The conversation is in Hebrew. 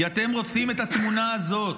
כי אתם רוצים את התמונה הזאת,